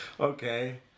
Okay